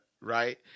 right